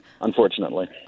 unfortunately